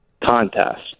contest